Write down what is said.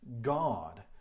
God